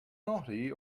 naughty